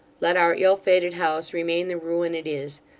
let our ill-fated house remain the ruin it is.